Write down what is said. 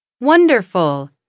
Wonderful